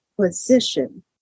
position